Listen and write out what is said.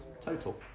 total